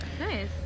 Nice